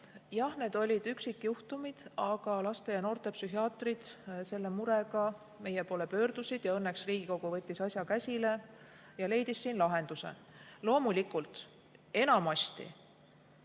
Jah, need olid üksikjuhtumid, aga laste‑ ja noortepsühhiaatrid selle murega meie poole pöördusid. Õnneks Riigikogu võttis asja käsile ja leidis lahenduse.